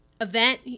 event